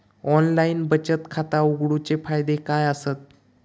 Online बचत खाता उघडूचे फायदे काय आसत?